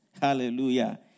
Hallelujah